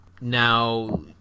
Now